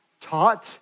Taught